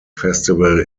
festival